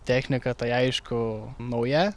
technika tai aišku nauja